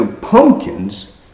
pumpkins